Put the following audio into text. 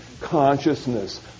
consciousness